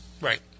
Right